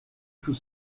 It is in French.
tout